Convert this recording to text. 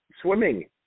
swimming